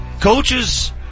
Coaches